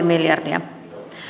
miljardia